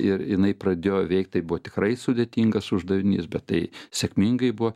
ir jinai pradėjo veikt tai buvo tikrai sudėtingas uždavinys bet tai sėkmingai buvo